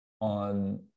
on